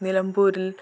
നിലമ്പൂരിൽ